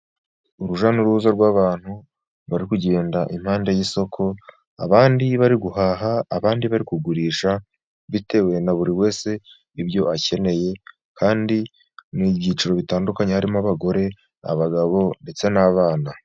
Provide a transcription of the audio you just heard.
Urujya n'uruza rw'abantu, bari kugenda impande y'isoko abandi bari guhaha, abandi bari kugurisha bitewe na buri wese, ibyo akeneye kandi mubyiciro bitandukanye harimo abagore, abagabo ndetse n'abana.